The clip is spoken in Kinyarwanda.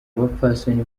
bapfasoni